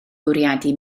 bwriadu